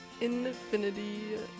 Infinity